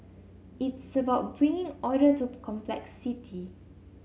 it's about bringing order to complexity